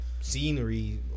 scenery